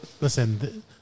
listen